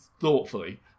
thoughtfully